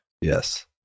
Yes